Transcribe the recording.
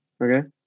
okay